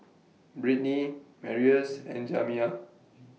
Britney Marius and Jamiya